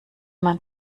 man